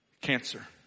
cancer